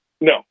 no